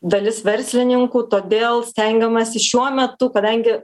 dalis verslininkų todėl stengiamasi šiuo metu kadangi